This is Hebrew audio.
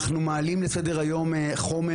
אנחנו מעלים לסדר היום חומר,